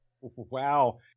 Wow